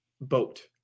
boat